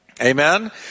Amen